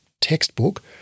textbook